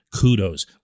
Kudos